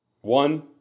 One